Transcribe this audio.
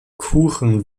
kuchen